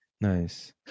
Nice